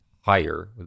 higher